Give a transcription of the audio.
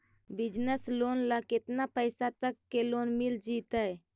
Business loan ल केतना पैसा तक के लोन मिल जितै?